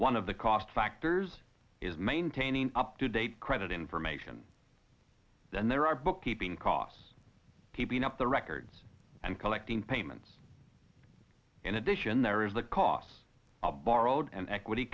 one of the cost factors is maintaining up to date credit information then there are bookkeeping costs keeping up the records and collecting payments in addition there is the cost of borrowed and equity